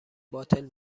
باطل